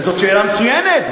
זאת שאלה מצוינת.